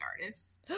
artists